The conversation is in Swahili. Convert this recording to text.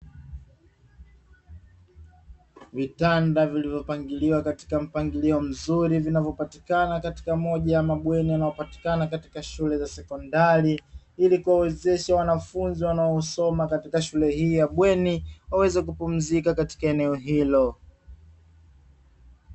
Vitanda vilivyopangiliwa katika mpangilio mzuri, vinavyopatikana katika moja ya mabweni yanayopatikana katika shule za sekondari ili kuwawezesha wanafunzi wanaosoma katika shule hii ya bweni waweze kupumzika katika eneo hilo.